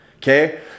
Okay